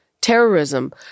terrorism